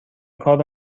کارو